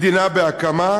מדינה בהקמה,